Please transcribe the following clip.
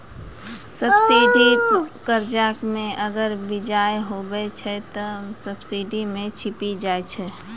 subsidy कर्जा मे अगर बियाज हुवै छै ते हौ सब्सिडी मे छिपी जाय छै